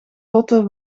lotte